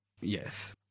Yes